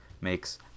makes